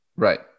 Right